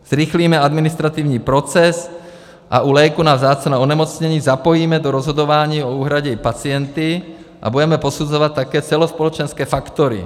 Zrychlíme administrativní proces a u léků na vzácná onemocnění zapojíme do rozhodování o úhradě i pacienty a budeme posuzovat také celospolečenské faktory.